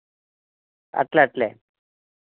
అట్లే అట్లే